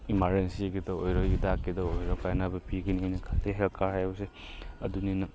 ꯏꯃꯥꯔꯖꯦꯟꯁꯤꯒꯤꯗ ꯑꯣꯏꯔꯣ ꯍꯤꯗꯥꯛꯀꯤꯗ ꯑꯣꯏꯔꯣ ꯀꯥꯟꯅꯕ ꯄꯤꯒꯅꯤꯅ ꯈꯜꯂꯤ ꯍꯦꯜꯠ ꯀꯥꯔꯗ ꯍꯥꯏꯕꯁꯦ ꯑꯗꯨꯅꯤꯅ